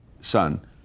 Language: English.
son